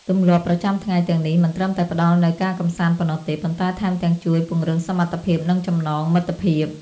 ទម្លាប់ប្រចាំថ្ងៃទាំងនេះមិនត្រឹមតែផ្ដល់នូវការកម្សាន្តប៉ុណ្ណោះទេប៉ុន្តែថែមទាំងជួយពង្រឹងសមត្ថភាពនិងចំណងមិត្តភាព។